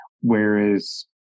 whereas